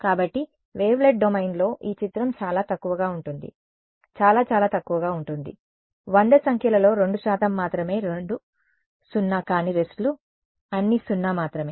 కాబట్టి వేవ్లెట్ డొమైన్లో ఈ చిత్రం చాలా తక్కువగా ఉంటుంది చాలా చాలా తక్కువగా ఉంటుంది 100 సంఖ్యలలో 2 శాతం మాత్రమే 2 సున్నా కాని రెస్ట్లు అన్నీ సున్నా మాత్రమే